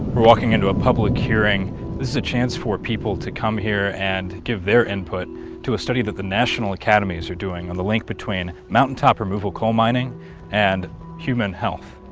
we're walking into a public hearing. this is a chance for people to come here and give their input to a study that the national academies are doing on the link between mountaintop removal coal mining and human health.